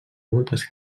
moltes